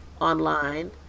online